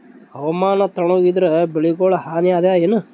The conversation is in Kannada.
ಹವಾಮಾನ ತಣುಗ ಇದರ ಬೆಳೆಗೊಳಿಗ ಹಾನಿ ಅದಾಯೇನ?